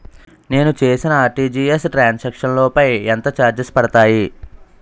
నేను చేసిన RTGS transaction లో పై ఎంత చార్జెస్ పడతాయి?